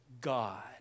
God